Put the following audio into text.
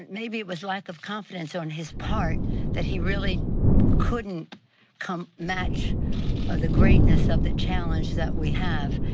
may be it was lack of confidence on his part that he really couldn't come match of the greatness of the challenge that we have.